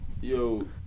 Yo